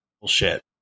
Bullshit